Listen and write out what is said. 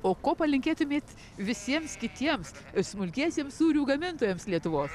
o ko palinkėtumėt visiems kitiems smulkiesiems sūrių gamintojams lietuvos